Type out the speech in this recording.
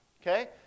Okay